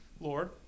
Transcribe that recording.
Lord